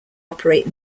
operate